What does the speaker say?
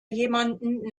jemanden